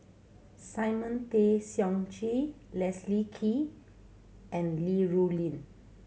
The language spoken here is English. Simon Tay Seong Chee Leslie Kee and Li Rulin